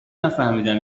نفهمیدم